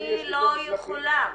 אני מבקשת.